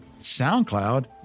SoundCloud